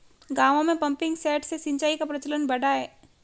गाँवों में pumping set से सिंचाई का प्रचलन बढ़ा है